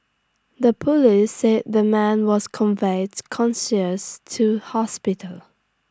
the Police said the man was conveyed conscious to hospital